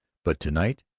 but to-night,